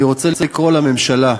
אני רוצה לקרוא לממשלה: